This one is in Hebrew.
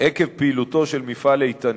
עקב פעילותו של מפעל "איתנית".